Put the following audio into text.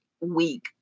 week